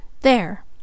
There